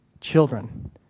children